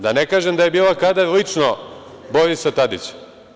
Da ne kažem da je bila kadar lično Borisa Tadića.